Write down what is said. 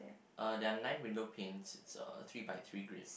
uh there are nine windows panes it's uh three by three grids